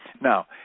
now